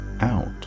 out